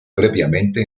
previamente